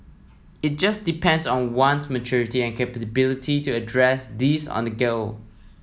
it just depends on one's maturity and capability to address these on the go